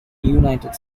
united